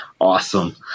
Awesome